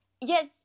yes